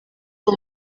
uwo